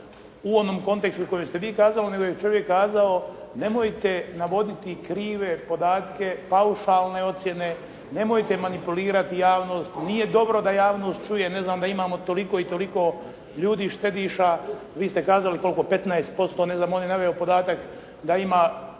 u onom kontekstu u kojem ste vi kazali, nego je čovjek kazao nemojte navoditi krive podatke paušalne ocjene, nemojte manipulirati javnost, nije dobro da javnost čuje, ne znam da imamo toliko i toliko ljudi štediša. Vi ste kazali, koliko 15%? On je naveo podatak da ima